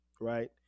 right